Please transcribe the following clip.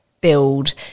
build